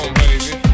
baby